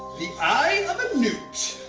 the eye of a newt!